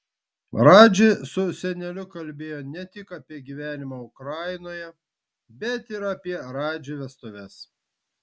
radži su seneliu kalbėjo ne tik apie gyvenimą ukrainoje bet ir apie radži vestuves